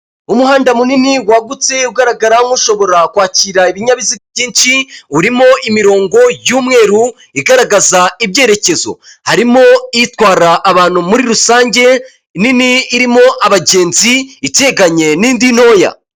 Umuhanda munini wagutse ugaragara nk'ushobora kwakira ibinyabiziga byinshi, urimo imirongo y'umweru igaragaza ibyerekezo. Harimo itwara abantu muri rusange nini irimo abagenzi iteganye n'indi ntoya.